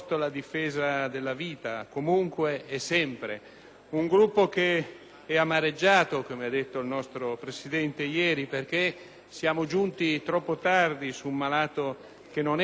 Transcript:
un Gruppo che è amareggiato - come ha detto il nostro Presidente ieri - perché siamo giunti troppo tardi su un malato che non era un malato terminale e questo va sottolineato.